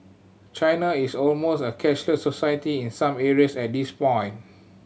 China is almost a cashless society in some areas at this point